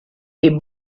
est